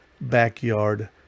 Backyard